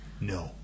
no